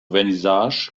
vernissage